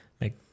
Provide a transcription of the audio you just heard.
make